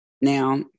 Now